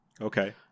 Okay